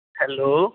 hello